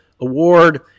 award